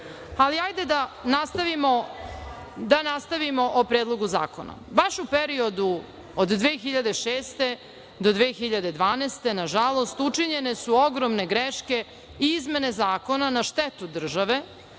ali hajde da nastavimo o Predlogu zakona. Baš u periodu od 2006. godine do 2012. godine nažalost učinjene su ogromne greške izmene zakona na štetu države.